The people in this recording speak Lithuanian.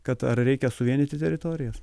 kad ar reikia suvienyti teritorijas